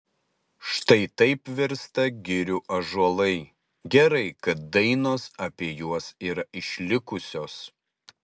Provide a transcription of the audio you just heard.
štai taip virsta girių ąžuolai gerai kad dainos apie juos yra išlikusios